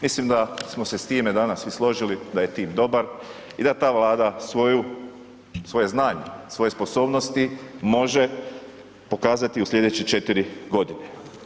Mislim da smo se s time danas i složili da je tim dobar i da ta vlada svoje znanje, svoje sposobnosti može pokazati u slijedeće 4 godine.